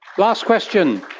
last question?